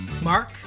Mark